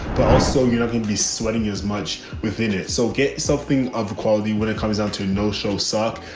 so you're not going to be sweating as much within it. so get something of quality when it comes down to a no show sock.